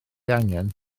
angen